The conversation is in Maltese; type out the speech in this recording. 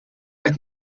qed